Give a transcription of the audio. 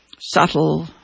Subtle